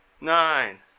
nine